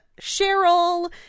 Cheryl